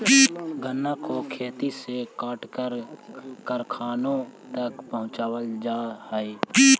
गन्ने को खेत से काटकर कारखानों तक पहुंचावल जा हई